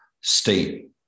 state